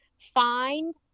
find